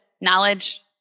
knowledge